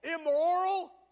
immoral